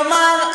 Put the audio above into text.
כלומר,